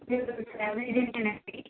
travel ఏజెంటేనా అండి